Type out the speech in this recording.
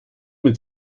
mit